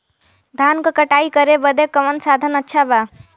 धान क कटाई करे बदे कवन साधन अच्छा बा?